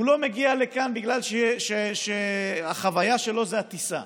הוא לא מגיע לכאן בגלל שהחוויה שלו זה הטיסה.